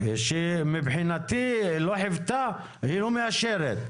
מבחינתי, לא חיוותה, היא לא מאשרת.